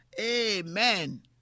Amen